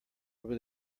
over